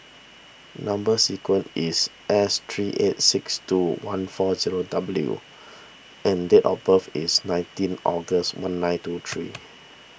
Number Sequence is S three eight six two one four zero W and date of birth is nineteen August one nine two three